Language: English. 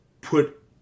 put